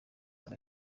neza